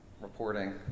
reporting